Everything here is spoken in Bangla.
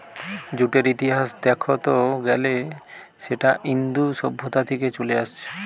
জুটের ইতিহাস দেখত গ্যালে সেটা ইন্দু সভ্যতা থিকে চলে আসছে